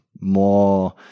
more